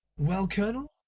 well, colonel,